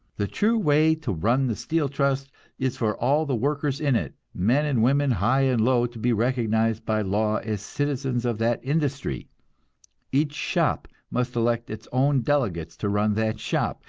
the true way to run the steel trust is for all the workers in it, men and women, high and low, to be recognized by law as citizens of that industry each shop must elect its own delegates to run that shop,